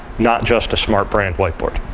not just a smart brand whiteboard.